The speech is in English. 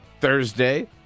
Thursday